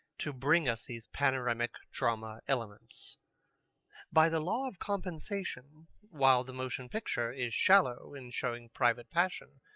to bring us these panoramic drama-elements. by the law of compensation, while the motion picture is shallow in showing private passion,